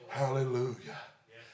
hallelujah